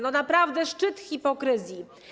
No naprawdę szczyt hipokryzji.